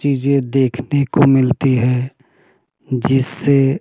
चीज़ें देखने को मिलती है जिससे